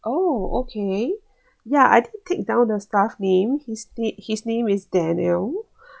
oh okay ya I did take down the staff name his nam~ his name is daniel